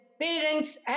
parents